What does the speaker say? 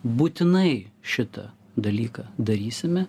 būtinai šitą dalyką darysime